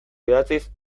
idatziz